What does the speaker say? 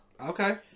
Okay